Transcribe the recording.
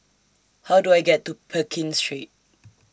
How Do I get to Pekin Street